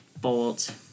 Bolt